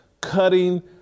cutting